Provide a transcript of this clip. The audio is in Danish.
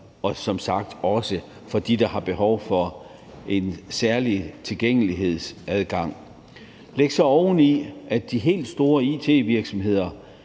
og som sagt også for dem, der har behov for en særlig tilgængelighed. Så kan man oven i det lægge, at de helt store it-virksomheder